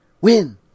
win